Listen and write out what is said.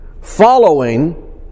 Following